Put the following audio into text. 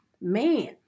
man